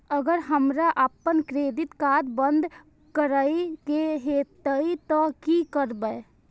अगर हमरा आपन क्रेडिट कार्ड बंद करै के हेतै त की करबै?